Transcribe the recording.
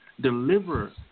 deliver